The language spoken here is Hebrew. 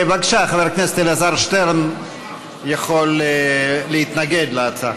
בבקשה, חבר הכנסת אלעזר שטרן יכול להתנגד להצעה.